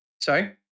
sorry